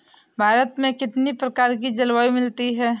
भारत में कितनी प्रकार की जलवायु मिलती है?